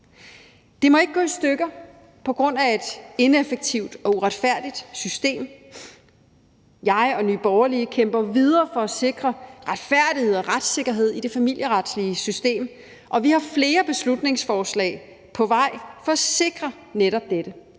Det må ikke gå i stykker på grund af et ineffektivt og uretfærdigt system, og jeg og Nye Borgerlige kæmper videre for at sikre retfærdighed og retssikkerhed i det familieretslige system, og vi har flere beslutningsforslag på vej for at sikre netop dette.